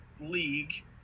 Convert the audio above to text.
league